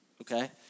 okay